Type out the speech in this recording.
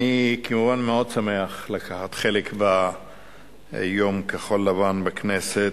אני כמובן שמח מאוד לקחת חלק ביום כחול-לבן בכנסת,